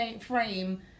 frame